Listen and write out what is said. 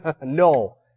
No